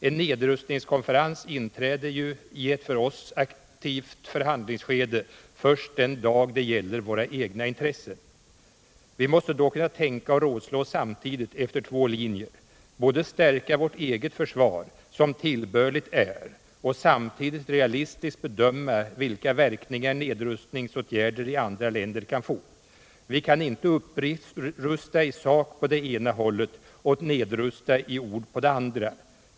En nedrustningskonferens inträder ju i ett för oss aktivt förhandlingsskede först den dag det gäller våra egna intressen —-—-- Vi måste då kunna tänka och rådslå samtidigt efter två linjer: både stärka vårt eget försvar som tillbörligt är och samtidigt realistiskt bedöma vilka verkningar nedrustningsåtgärder i andra länder kan få. Vi kan inte upprusta i sak på det ena hållet och nedrusta i ord på det andra.